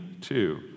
two